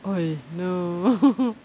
oh no